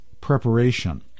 preparation